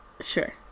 sure